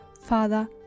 father